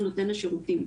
היא מטעם נותן השירותים.